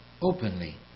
openly